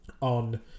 on